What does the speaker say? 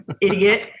idiot